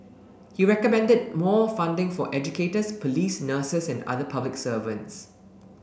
he recommended more funding for educators police nurses and other public servants